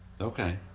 Okay